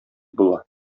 була